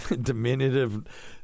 diminutive